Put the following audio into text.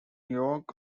york